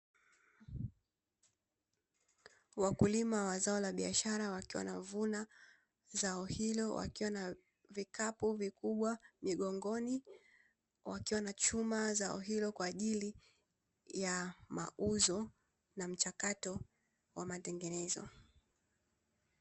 Wakulima wa zao la biashara wakiwa wanavuna zao hilo wakiwa na vikapu vikubwa migongoni wakiwa wanachuma zao hilo kwa ajili ya mauzo na mchakato wa matengenezo.